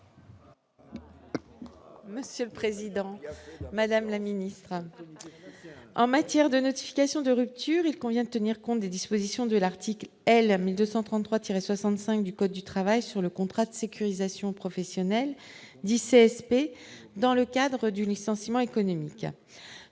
Monsieur le Président, Madame la ministre, en matière de notification de rupture, il convient de tenir compte des dispositions de l'article L 1233 65 du code du travail sur le contrat de sécurisation professionnelle 17 SP dans le cadre du licenciement économique